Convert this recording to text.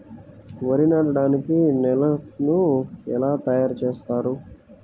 వరి నాటడానికి నేలను ఎలా తయారు చేస్తారు?